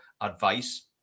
advice